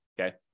Okay